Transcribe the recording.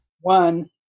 one